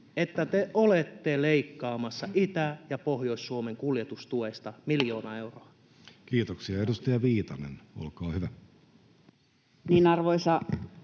että te olette leikkaamassa Itä- ja Pohjois-Suomen kuljetustuesta miljoona euroa? Kiitoksia. — Edustaja Viitanen, olkaa hyvä.